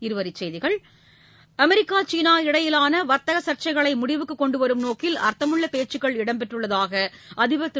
இருவரிச் செய்திகள் அமெரிக்கா சீனா இடையிலாள வர்த்தக சர்ச்சைகளை முடிவுக்கு கொண்டு வரும் நோக்கில் அர்த்தமுள்ள பேச்சுக்கள் இடம்பெற்றுள்ளதாக அதிபர் திரு